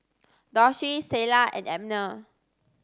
Doshie Sheilah and Abner